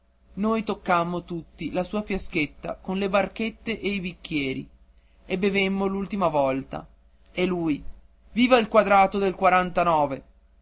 noi toccammo tutti la sua fiaschetta con le barchette e i bicchieri e bevemmo l'ultima volta e lui viva il quadrato del